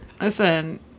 Listen